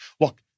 Look